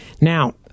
Now